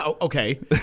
Okay